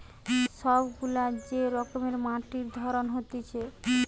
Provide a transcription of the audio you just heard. সব গুলা যে রকমের মাটির ধরন হতিছে